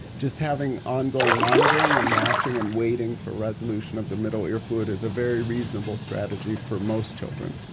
just having ongoing monitoring and watching and waiting for resolution of the middle ear fluid is a very reasonable strategy for most children.